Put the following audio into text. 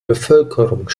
bevölkerung